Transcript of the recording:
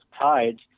tides